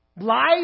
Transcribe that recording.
Life